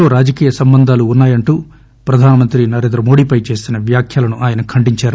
తో రాజకీయ సంబంధాలున్నాయంటూ ప్రధానమంత్రి నరేంద్రమోదీపై చేసిన వ్యాఖ్యలను ఆయన ఖండించారు